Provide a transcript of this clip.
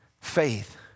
Faith